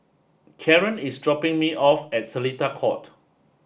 Karen is dropping me off at Seletar Court